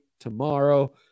tomorrow